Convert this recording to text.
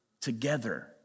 together